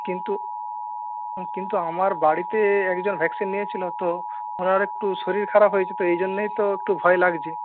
কিন্তু কিন্তু আমার বাড়িতে একজন ভ্যাকসিন নিয়েছিল তো ওঁর একটু শরীর খারাপ হয়েছে তো এই জন্যই তো একটু ভয় লাগছে